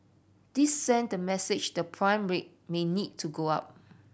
this send the message the prime rate may need to go up